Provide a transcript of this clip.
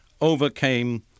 overcame